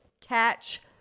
catch